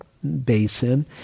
basin